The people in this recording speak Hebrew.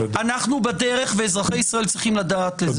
אנחנו בדרך ואזרחי ישראל צריכים לדעת את זה